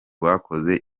bakoze